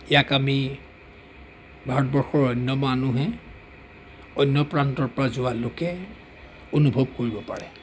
ইয়াক আমি ভাৰতবৰ্ষৰ অন্য মানুহে অন্য প্ৰান্তৰ পৰা যোৱা লোকে অনুভৱ কৰিব পাৰে